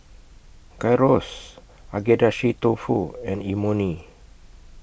Gyros Agedashi Dofu and Imoni